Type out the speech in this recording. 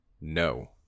no